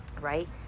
right